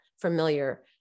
familiar